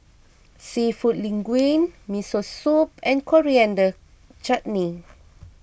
Seafood Linguine Miso Soup and Coriander Chutney